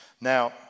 Now